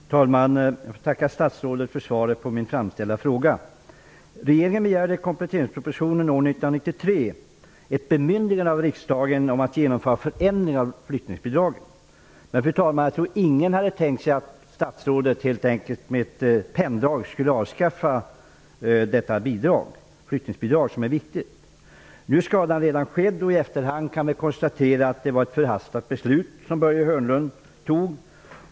Fru talman! Jag får tacka statsrådet för svaret på min framställda fråga. Regeringen begärde i kompletteringspropositionen år 1993 ett bemyndigande från riksdagen att genomföra en förändring av flyttningsbidraget, men jag tror inte, fru talman, att någon hade tänkt sig att statsrådet med ett penndrag skulle avskaffa detta viktiga bidrag. Nu är skadan redan skedd, och vi kan i efterhand konstatera att det var ett förhastat beslut som Börje Hörnlund tog.